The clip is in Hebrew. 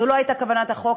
זו לא הייתה כוונת החוק,